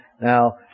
Now